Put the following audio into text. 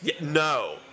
No